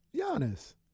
Giannis